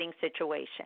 situation